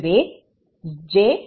இது சமம்